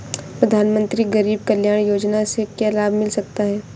प्रधानमंत्री गरीब कल्याण योजना से क्या लाभ मिल सकता है?